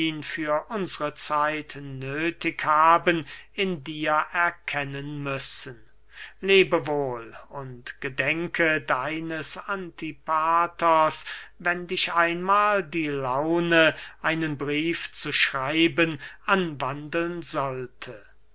für unsre zeit nöthig haben in dir erkennen müssen lebe wohl und gedenke deines antipaters wenn dich einmahl die laune einen brief zu schreiben anwandeln sollte